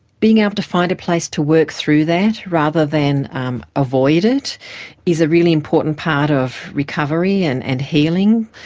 being able to find a place to work through that rather than um avoid it is a really important part of recovery and and healing.